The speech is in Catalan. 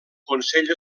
consell